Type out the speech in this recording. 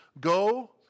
go